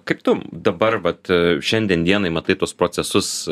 kaip tu dabar vat šiandien dienai matai tuos procesus